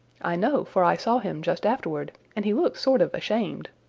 i know, for i saw him just afterward, and he looked sort of ashamed.